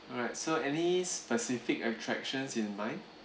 alright so any specific attractions in mind